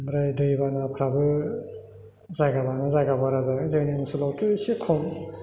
ओमफ्राय दै बानाफ्राबो जायगा लानानै जायगा बारा जादों जोंनि ओनसोलावथ' इसे खम